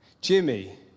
Jimmy